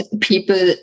people